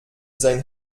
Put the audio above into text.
sein